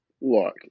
Look